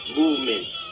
movements